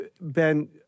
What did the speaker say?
Ben